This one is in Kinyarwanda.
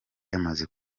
yamaze